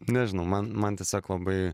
nežinau man man tiesiog labai